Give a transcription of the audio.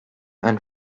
and